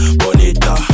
bonita